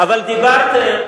אבל דיברתם,